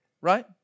right